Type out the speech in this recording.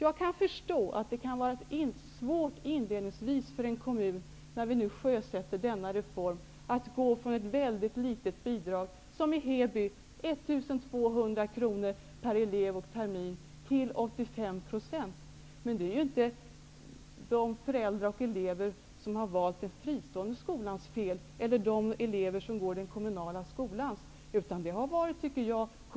Jag kan förstå att det inledningsvis kan vara svårt för kommunen när vi nu sjösätter denna reform att gå från ett mycket litet bidrag -- i Heby 1 200 kr per elev och termin -- till 85 %. Men det beror inte på de föräldrar och elever som har valt den fristående skolan eller på de elever som går i den kommunala skolan, utan det är kommunens fel.